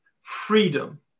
freedom